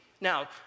Now